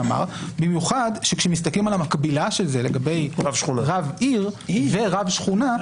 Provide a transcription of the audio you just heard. במיוחד שכאשר מסתכלים על המקבילה של זה לגבי רב עיר ורב שכונה,